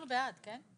אנחנו בעד, כן?